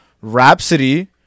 Rhapsody